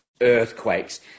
Earthquakes